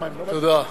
תודה.